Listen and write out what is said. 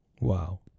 Wow